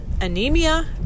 anemia